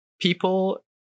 people